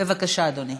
בבקשה, אדוני.